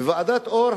ועדת-אור,